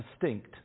distinct